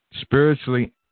spiritually